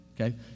okay